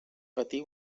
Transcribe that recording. patir